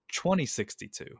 2062